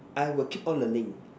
I will keep on learning